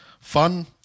Fun